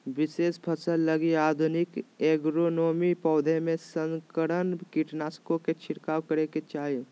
विशेष फसल लगी आधुनिक एग्रोनोमी, पौधों में संकरण, कीटनाशकों के छिरकाव करेके चाही